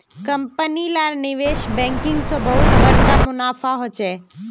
company लार निवेश banking से बहुत बड़का मुनाफा होचे